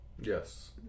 Yes